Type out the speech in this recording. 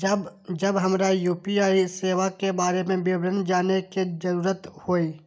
जब हमरा यू.पी.आई सेवा के बारे में विवरण जानय के जरुरत होय?